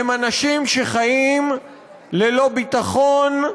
הם אנשים שחיים ללא ביטחון,